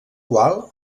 qual